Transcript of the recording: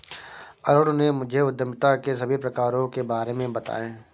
अरुण ने मुझे उद्यमिता के सभी प्रकारों के बारे में बताएं